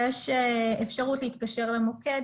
יש אפשרות להתקשר למוקד,